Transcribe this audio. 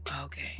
Okay